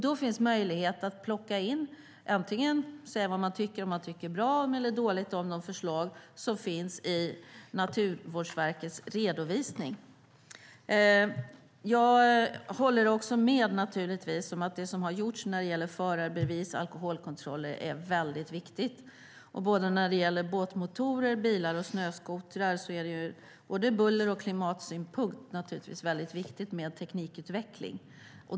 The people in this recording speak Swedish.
Då finns möjlighet att yttra sig om man tycker att förslagen som finns i Naturvårdsverkets redovisning är bra eller dåliga. Jag håller med om att det som har gjorts i fråga om förarbevis och alkoholkontroller är viktigt. För båtmotorer, bilar och snöskotrar är det i fråga om buller och klimat viktigt med teknikutveckling.